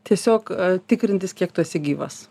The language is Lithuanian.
tiesiog tikrintis kiek tu esi gyvas